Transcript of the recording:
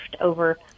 over